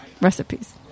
recipes